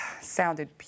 Sounded